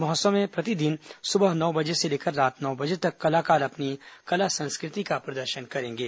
महोत्सव में प्रतिदिन सुबह नौ बजे से लेकर रात नौ बजे तक कलाकार अपनी कला संस्कृति का प्रदर्शन करेंगे